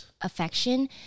affection